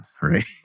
right